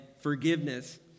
forgiveness